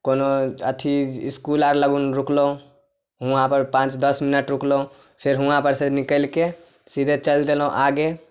कोनो अथी इसकुल आर लगन रुकलहुँ हुआँपर पाँच दस मिनट रुकलहुँ फेर हुआँपर सँ निकलि के सीधे चलि देलहुँ आगे